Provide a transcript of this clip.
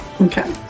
Okay